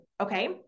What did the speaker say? Okay